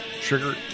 Trigger